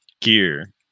gear